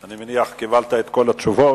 אני מניח שקיבלת את כל התשובות.